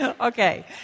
Okay